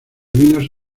vinos